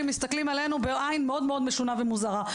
מסתכלים עלינו בעין מאוד מאוד משונה ומוזרה.